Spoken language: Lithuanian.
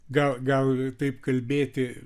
gal gal taip kalbėti